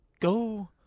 go